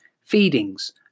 feedings